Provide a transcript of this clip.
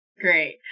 Great